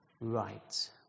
right